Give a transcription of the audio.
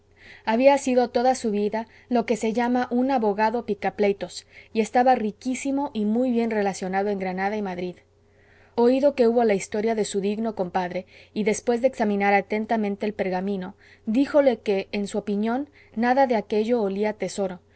había sido toda su vida lo que se llama un abogado picapleitos y estaba riquísimo y muy bien relacionado en granada y madrid oído que hubo la historia de su digno compadre y después de examinar atentamente el pergamino díjole que en su opinión nada de aquello olía a tesoro